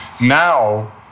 now